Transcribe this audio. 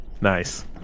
Nice